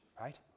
right